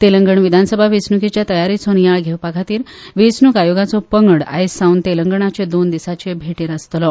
तेलंगण विधानसभा वेंचणुकेच्या तयारेचो नियाळ घेवपा खातीर वेंचणूक आयोगाचो पंगड आयज सावन तेलंगणाचे दोन दिसांचे भेटेर आसतले